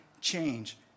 change